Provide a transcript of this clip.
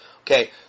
okay